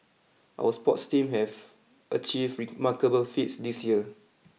our sports teams have achieved remarkable feats this year